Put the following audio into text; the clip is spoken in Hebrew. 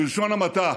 בלשון המעטה,